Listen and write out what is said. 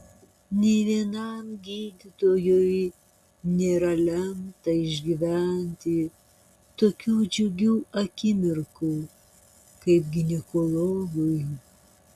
nė vienam gydytojui nėra lemta išgyventi tokių džiugių akimirkų kaip ginekologui